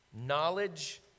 Knowledge